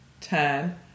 ten